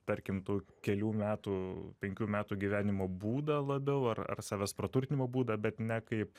tarkim tų kelių metų penkių metų gyvenimo būdą labiau ar savęs praturtinimo būdą bet ne kaip